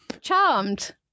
Charmed